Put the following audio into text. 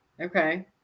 okay